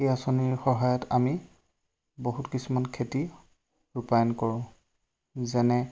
সেই আঁচনিৰ সহায়ত আমি বহুত কিছুমান খেতি ৰূপায়ন কৰোঁ যেনে